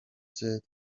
said